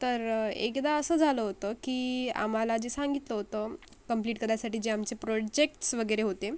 तर एकदा असं झालं होतं की आम्हाला जे सांगितलं होतं कम्प्लीट करायसाठी जे आमचे प्रोजेक्ट्स वगैरे होते